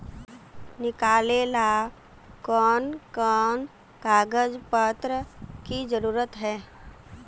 निकाले ला कोन कोन कागज पत्र की जरूरत है?